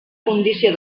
condició